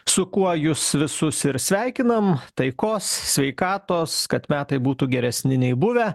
su kuo jus visus ir sveikinam taikos sveikatos kad metai būtų geresni nei buvę